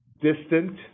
distant